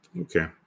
Okay